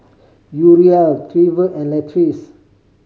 Uriel Trever and Latrice